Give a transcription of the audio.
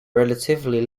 relatively